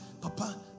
papa